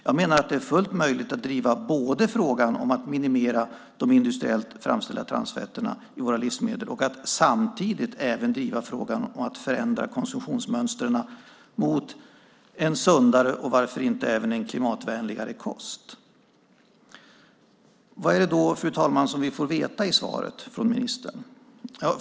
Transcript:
Jag menar att det är fullt möjligt att driva frågan om att minimera de industriellt framställda transfetterna i våra livsmedel och samtidigt även driva frågan om att förändra konsumtionsmönstren mot en sundare och varför inte även en klimatvänligare kost. Fru talman! Vad är det då vi får veta i svaret från ministern?